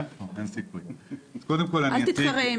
אז קודם כל אני אסביר,